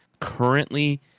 currently